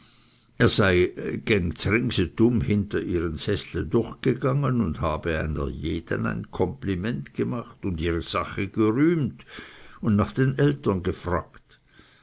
z'ringsetum hinter ihre seßle durch gegangen und habe einer jeden ein kompliment gemacht und ihre sache gerühmt und nach den eltern gefraget